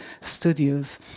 studios